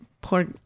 Poor